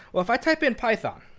well, if i type in python,